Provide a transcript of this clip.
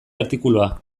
artikulua